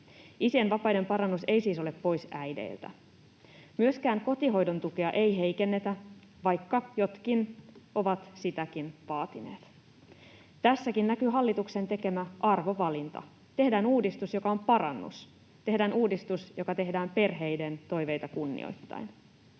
Isien vapaiden parannus ei siis ole pois äideiltä. Myöskään kotihoidon tukea ei heikennetä, vaikka jotkut ovat sitäkin vaatineet. Tässäkin näkyy hallituksen tekemä arvovalinta: Tehdään uudistus, joka on parannus. Tehdään uudistus, joka tehdään perheiden toiveita kunnioittaen.